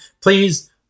please